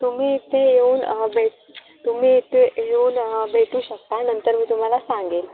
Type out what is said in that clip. तुम्ही इथे येऊन भेट तुम्ही इथे येऊन भेटू शकता नंतर मी तुम्हाला सांगेन